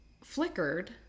flickered